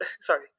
sorry